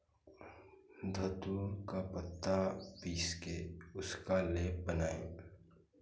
धतूर का पत्ता पीस के उसका लेप बनाऍं